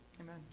amen